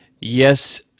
Yes